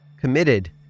committed